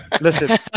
Listen